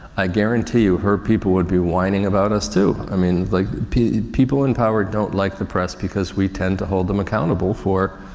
i guarantee you her people would be whining about us too. i mean like people in power don't like the press because we tend to hold them accountable for,